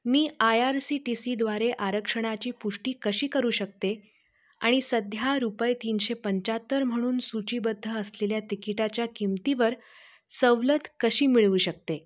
me I R C T सीद्वारे आरक्षणाची पुष्टी कशी करू शकते आणि सध्या रुपये तीनशे पंचाहत्तर म्हणून सूचीबद्ध असलेल्या तिकिटाच्या किमतीवर सवलत कशी मिळवू शकते